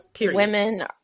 women